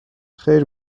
خیر